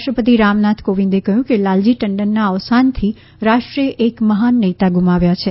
રાષ્ટ્રપતિ રામ નાથ કોવિંદે કહ્યું કે લાલજી ટંડનના અવસાનથી રાષ્ટ્રે એક મહાન નેતા ગુમાવ્યા છે